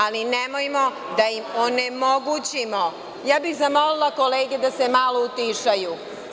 Ali, nemojmo da im onemogućimo, ja bih zamolila kolege da se malo utišaju…